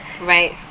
Right